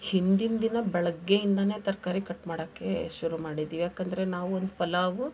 ಹಿಂದಿನ ದಿನ ಬೆಳಿಗ್ಗೆಯಿಂದನೇ ತರಕಾರಿ ಕಟ್ ಮಾಡೋಕ್ಕೆ ಶುರು ಮಾಡಿದ್ವಿ ಏಕಂದ್ರೆ ನಾವು ಒಂದು ಪಲಾವು